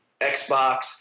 Xbox